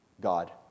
God